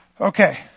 Okay